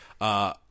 Uh-